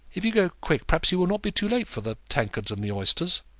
if you go quick perhaps you will not be too late for the tankards and the oysters.